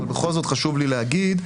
אבל בכל זאת חשוב לי להגיד,